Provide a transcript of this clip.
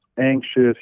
anxious